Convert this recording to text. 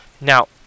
Now